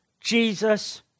Jesus